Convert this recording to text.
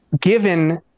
given